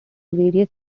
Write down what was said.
various